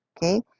okay